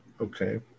Okay